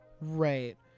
Right